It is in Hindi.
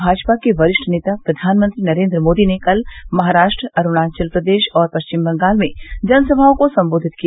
भाजपा के वरिष्ठ नेता प्रधानमंत्री नरेन्द्र मोदी ने कल महाराष्ट्र अरूणाचल प्रदेश और पश्चिम बंगाल में जनसभाओं को सम्बोधित किया